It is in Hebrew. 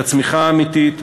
את הצמיחה האמיתית,